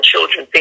children